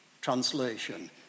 translation